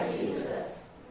Jesus